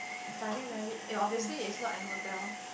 if I get married eh obviously it's not at hotel